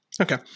Okay